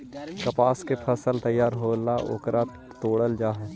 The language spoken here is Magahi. कपास के फसल तैयार होएला ओकरा तोडल जा हई